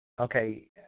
okay